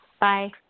Bye